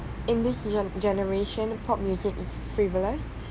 in this generation pop music is frivolous